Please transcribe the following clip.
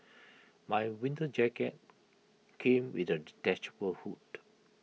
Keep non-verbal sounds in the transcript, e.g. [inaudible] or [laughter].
my winter jacket came with A [unintelligible] detachable hood